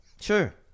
Sure